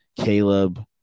caleb